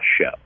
show